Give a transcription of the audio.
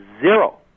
zero